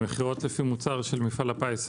במכירות לפי מוצר של מפעל הפיס,